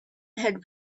had